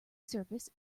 surface